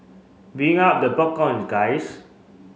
bring out the popcorn guys